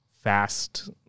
fast